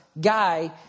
guy